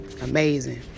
Amazing